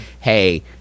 hey